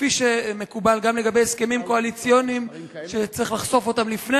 כפי שמקובל גם לגבי הסכמים קואליציוניים שצריך לחשוף אותם לפני,